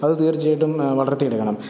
അത് തീർച്ചയായിട്ടും വളർത്തിയെടുക്കണം